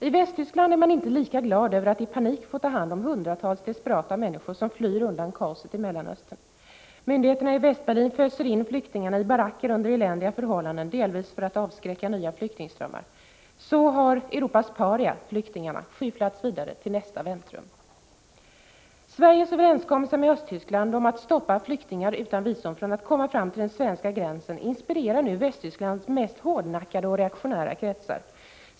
I Västtyskland är man inte lika glad över att i panik få ta hand om hundratals desperata människor som flyr undan kaoset i Mellanöstern. Myndigheterna i Västberlin föser in flyktingarna i baracker under eländiga förhållanden, delvis för att avskräcka nya flyktingströmmar. Så har Europas paria, flyktingarna, skyfflats vidare till nästa väntrum. Sveriges överenskommelse med Östtyskland om att stoppa flyktingar utan visum från att komma fram till den svenska gränsen inspirerar nu Västtysklands mest hårdnackade och reaktionära kretsar.